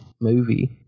movie